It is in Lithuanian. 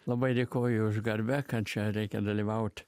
labai dėkoju už garbę kad čia reikia dalyvauti